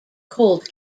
cold